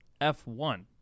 F1